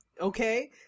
okay